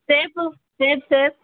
ಸೇಬು ಸೇಬು ಸೇಬು